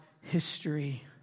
history